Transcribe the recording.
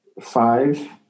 five